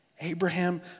Abraham